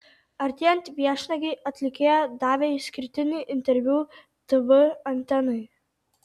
artėjant viešnagei atlikėja davė išskirtinį interviu tv antenai